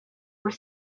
were